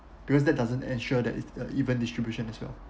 because that doesn't ensure that it's uh even distribution as well